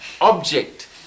object